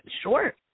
Sure